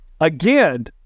again